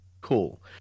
Cool